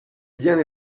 bien